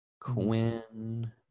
Quinn